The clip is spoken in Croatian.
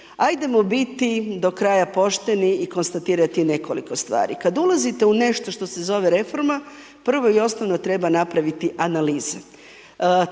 Ajdemo biti do kraja pošteni i konstatirati nekoliko stvari. Kad ulazite u nešto što se zove reforma, prvo i osnovno treba napraviti analize.